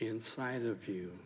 inside of you